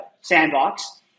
sandbox